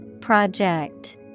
Project